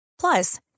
Plus